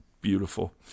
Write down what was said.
Beautiful